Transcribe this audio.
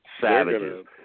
savages